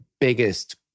biggest